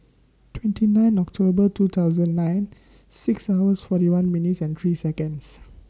twenty nine October two thousand nine six hours forty one minutes and three Seconds